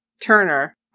Turner